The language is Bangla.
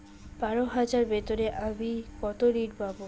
বারো হাজার বেতনে আমি কত ঋন পাব?